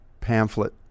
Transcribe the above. pamphlet